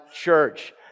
church